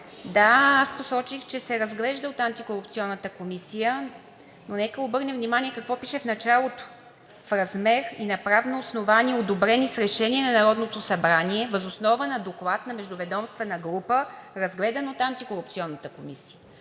да, аз посочих, че се разглежда от Антикорупционната комисия, но нека обърнем внимание какво пише в началото: „в размер и на правно основание“, одобрени с решение на Народното събрание, въз основа на доклад на междуведомствена група, разгледан от Антикорупционната комисия.